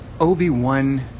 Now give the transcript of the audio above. Obi-Wan